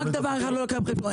רק דבר אחד לא לקחתם בחשבון.